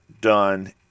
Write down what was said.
done